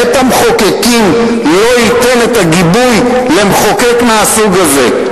בית-המחוקקים לא ייתן את הגיבוי למחוקק מהסוג הזה.